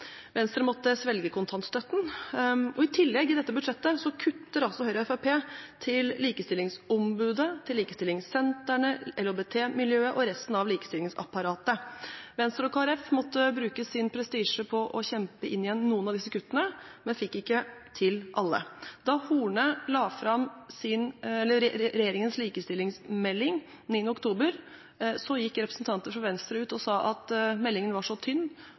Venstre måtte svelge kontantstøtten, og i tillegg i dette budsjettet kutter Høyre og Fremskrittspartiet i bevilgningene til Likestillingsombudet, til likestillingssentrene, til LHBT-miljøet og til resten av likestillingsapparatet. Venstre og Kristelig Folkeparti måtte bruke sin prestisje på å kjempe inn igjen noen av disse kuttene, men fikk ikke til alle. Da Horne la fram regjeringens likestillingsmelding, 9. oktober, gikk representanter fra Venstre ut og sa at meldingen var så tynn